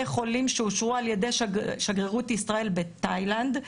חולים שאושרו על ידי שגרירות ישראל בתאילנד,